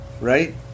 right